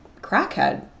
crackhead